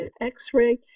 x-ray